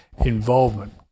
involvement